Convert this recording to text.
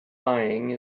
lying